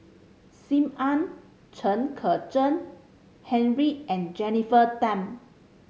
Sim Ann Chen Kezhan Henri and Jennifer Tham